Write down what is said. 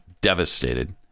Devastated